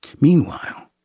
Meanwhile